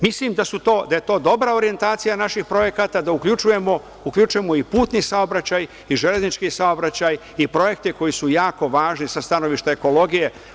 Mislim da je to dobra orjentacija naših projekata da uključujemo i putni saobraćaj i železnički saobraćaj i projekte koji su jako važni sa stanovišta ekologije.